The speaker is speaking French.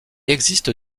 existe